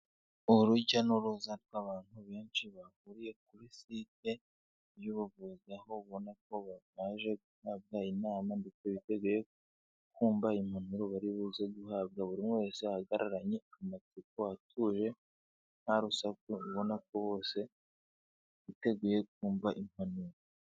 Urujya n'uruza rw'abantu benshi bahuriye kuri site y'ubuvuzi, aho ubona ko basoje guhabwa inama ndetse biteguye kumva impanuro bari buze guhabwa, buri wese ahagararanye amatsiko atuje nta rusaku, ubona ko bose biteguye kumva impanuro.